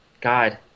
god